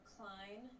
Klein